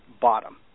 bottom